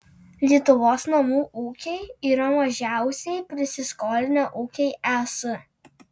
lietuvos namų ūkiai yra mažiausiai prasiskolinę ūkiai es